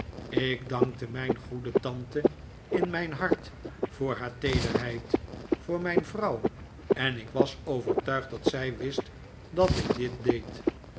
ik dankte mijn goede tante in mijn hart voor haar teederheid voor mijn vrouw en ik was overtuigd dat zij wist dat ik dit deed